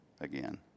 again